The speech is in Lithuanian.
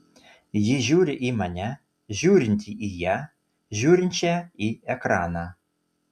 ji žiūri į mane žiūrintį į ją žiūrinčią į ekraną